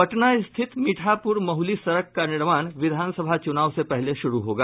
पटना स्थित मीठापूर महली सड़क का निर्माण विधानसभा चूनाव से पहले शुरू होगा